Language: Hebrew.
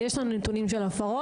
יש לנו נתונים של הפרות,